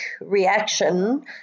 reaction